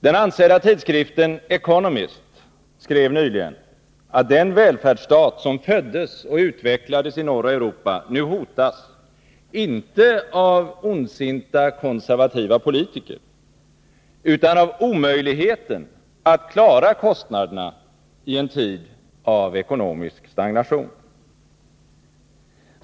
Den ansedda tidskriften Economist skrev nyligen, att den välfärdsstat som föddes och utvecklades i norra Europa nu hotas inte av ondsinta konservativa politiker utan av omöjligheten att klara kostnaderna i en tid av ekonomisk stagnation.